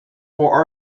for